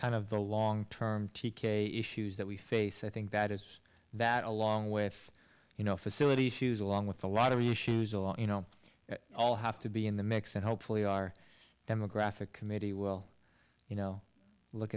kind of the long term t k issues that we face i think that is that along with you know facility issues along with a lot of the issues a lot you know all have to be in the mix and hopefully our demographic committee will you know look